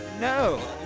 No